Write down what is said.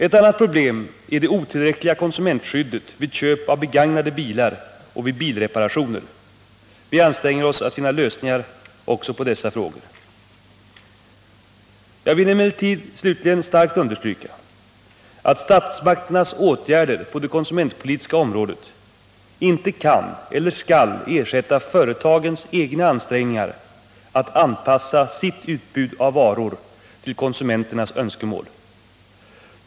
Ett annat problem är det otillräckliga konsumentskyddet vid köp av begagnade bilar och vid bilreparationer. Vi anstränger oss att finna lösningar också på dessa frågor. Jag vill emellertid slutligen starkt understryka att statsmakternas åtgärder på det konsumentpolitiska området inte kan eller skall ersätta företagens egna ansträngningar att anpassa sitt utbud av varor till konsumenternas önskemål.